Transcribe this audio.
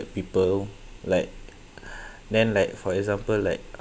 people like then like for example like